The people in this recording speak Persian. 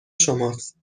شماست